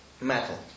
metal